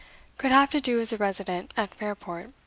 could have to do as a resident at fairport.